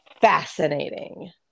fascinating